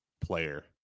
player